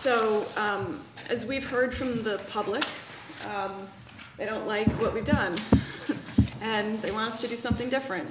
so as we've heard from the public they don't like what we've done and they want to do something different